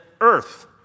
earth